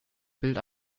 bild